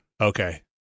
Okay